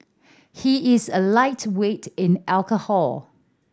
he is a lightweight in alcohol